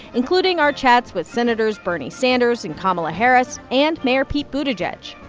including our chats with senators bernie sanders and kamala harris and mayor pete buttigieg.